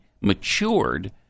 matured